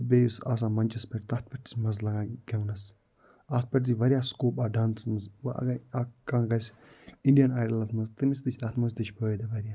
تہٕ بیٚیہِ یُس آسان مَنٛچَس پٮ۪ٹھ تَتھ پٮ۪ٹھ تہِ چھِ مَزٕ لگان گٮ۪ونَس اَتھ پٮ۪ٹھ تہِ واریاہ سِکوپ اَتھ ڈانَسس منٛز وٕ اگر اَکھ کانٛہہ گژھِ اِنٛڈِیَن ایڈَلَس منٛز تٔمِس تہِ چھِ تَتھ منٛز تہِ چھِ فٲیِدٕ واریاہ